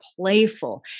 playful